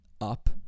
up